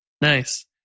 Nice